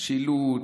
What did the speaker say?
לוגו.